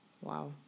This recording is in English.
Wow